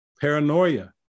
paranoia